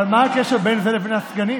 אבל מה הקשר בין זה לבין הסגנים?